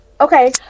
Okay